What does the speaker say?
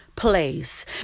place